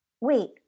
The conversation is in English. wait